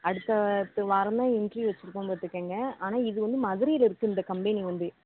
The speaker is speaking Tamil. அடுத்த வாரம்தான் இன்ட்ரிவ் வச்சுருக்கோம் பார்த்துக்கங்க ஆனால் இது வந்து மதுரையில் இருக்குது இந்த கம்பெனி வந்து